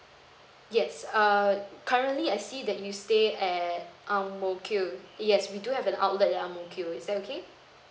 yes err currently I see that you stay at ang mo kio yes we do have an outlet at ang mo kio is that okay